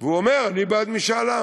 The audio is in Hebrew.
הוא אומר: אני בעד משאל עם.